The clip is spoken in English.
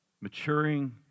maturing